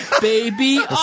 baby